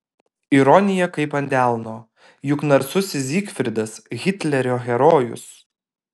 ironija kaip ant delno juk narsusis zygfridas hitlerio herojus